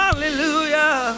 Hallelujah